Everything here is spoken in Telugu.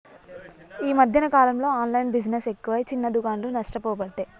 ఈ మధ్యన కాలంలో ఆన్లైన్ బిజినెస్ ఎక్కువై చిన్న దుకాండ్లు నష్టపోబట్టే